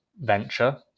venture